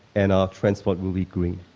and our transport will be green.